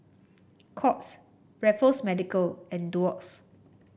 Courts Raffles Medical and Doux